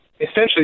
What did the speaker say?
essentially